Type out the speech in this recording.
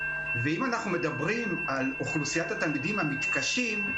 ואם אנחנו מדברים על אוכלוסיית התלמידים המתקשים,